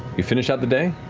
you finished out the day,